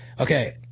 Okay